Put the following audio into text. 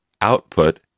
output